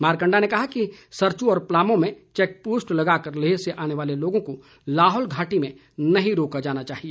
मारकंडा ने कहा कि सरचू और प्लामों में चैक पोस्ट लगाकर लेह से आने वाले लोगों को लाहौल घाटी में नहीं रोका जाना चाहिए